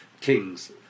kings